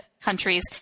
countries